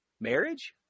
marriage